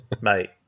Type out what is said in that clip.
Mate